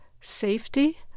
safety